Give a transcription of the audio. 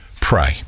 pray